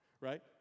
Right